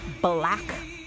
black